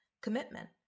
commitment